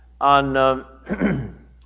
on